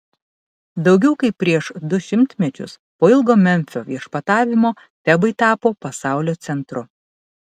daugiau kaip prieš du šimtmečius po ilgo memfio viešpatavimo tebai tapo pasaulio centru